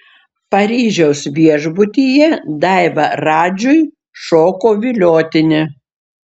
paryžiaus viešbutyje daiva radžiui šoko viliotinį